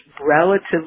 relatively